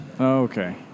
Okay